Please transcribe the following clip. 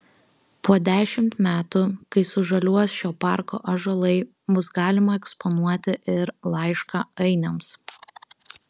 po dešimt metų kai sužaliuos šio parko ąžuolai bus galima eksponuoti ir laišką ainiams